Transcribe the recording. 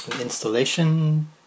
installation